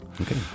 Okay